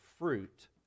fruit